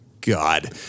God